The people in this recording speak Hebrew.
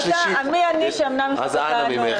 מי אני שאמנע זאת ממך?